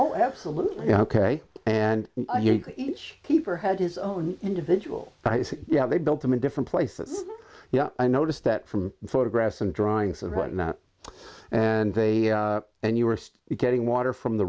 oh absolutely ok and each keeper had his own individual yeah they built them in different places yeah i noticed that from photographs and drawings and whatnot and they and you were getting water from the